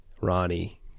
Ronnie